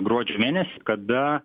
gruodžio mėnesį kada